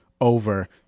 over